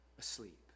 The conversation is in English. Asleep